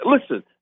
listen